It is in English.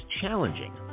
challenging